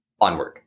onward